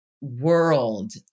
world